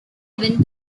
event